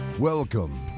Welcome